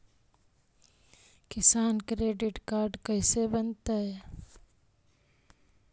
किसान credit card कैसे बनतै?